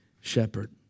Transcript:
shepherd